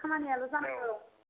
दे होनबा खामानियाल' जानांगौ